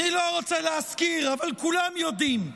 אני לא רוצה להזכיר, אבל כולם יודעים.